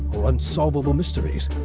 or unsolvable mysteries,